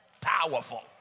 powerful